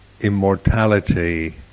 immortality